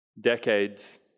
decades